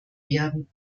werden